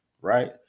right